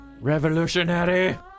Revolutionary